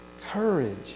courage